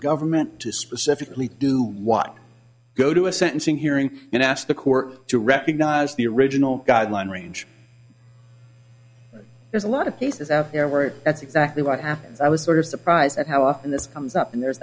government to specifically do what go to a sentencing hearing and ask the court to recognize the original guideline range there's a lot of cases out there where it that's exactly what happened i was sort of surprised at how often this comes up and there